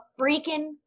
freaking